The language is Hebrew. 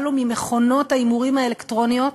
בא לו ממכונות ההימורים האלקטרוניות,